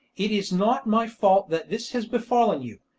it is not my fault that this has befallen you,